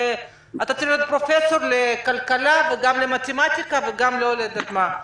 אתה צריך להיות פרופסור לכלכלה וגם למתמטיקה ועוד לא יודעת מה.